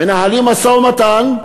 מנהלים משא-ומתן,